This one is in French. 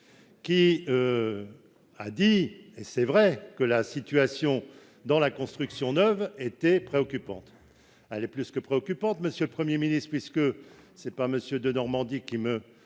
qui a dit, à juste titre, que la situation du secteur de la construction neuve était préoccupante. Elle est plus que préoccupante, monsieur le Premier ministre, puisque- et ce n'est pas M. Denormandie qui me